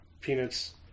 Peanuts